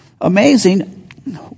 Amazing